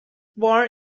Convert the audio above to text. born